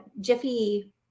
Jiffy